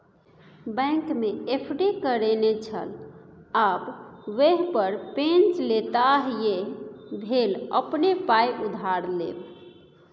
बैंकमे एफ.डी करेने छल आब वैह पर पैंच लेताह यैह भेल अपने पाय उधार लेब